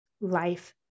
life